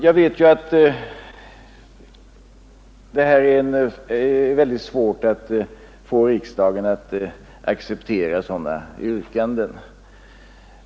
Jag vet ju att det är väldigt svårt att få riksdagen att acceptera sådana yrkanden.